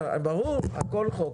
ברור, הכול בחוק.